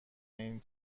این